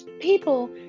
people